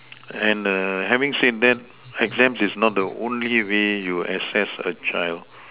and err having said that exams is not the only way you assess a child